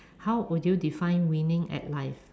how would do you define winning at life